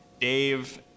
Dave